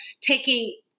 taking